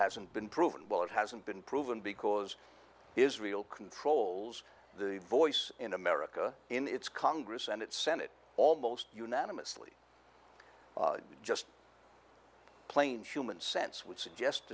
hasn't been proven well it hasn't been proven because israel controls the voice in america in its congress and its senate almost unanimously just plain schuman sense would suggest